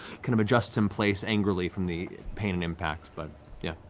kind of adjusts in place angrily from the pain and impact, but yeah.